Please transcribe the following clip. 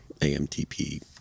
AMTP